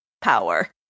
power